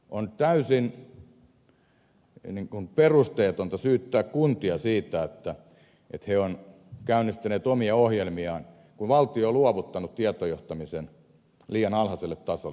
on täysin perusteetonta syyttää kuntia siitä että ne ovat käynnistäneet omia ohjelmiaan kun valtio on luovuttanut tietojohtamisen liian alhaiselle tasolle